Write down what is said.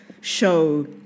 show